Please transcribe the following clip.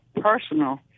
personal